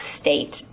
state